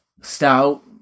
stout